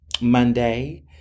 Monday